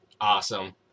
Awesome